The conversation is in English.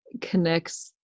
connects